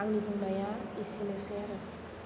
आंनि बुंनाया एसेनोसै आरो